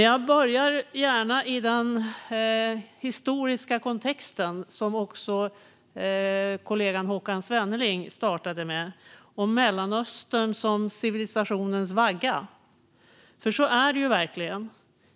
Jag börjar gärna i den historiska kontext som också kollegan Håkan Svenneling startade med, om Mellanöstern som civilisationens vagga. Så är det ju verkligen.